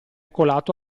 colato